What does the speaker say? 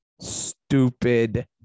stupid